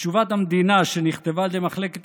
בתשובת המדינה שנכתבה על ידי מחלקת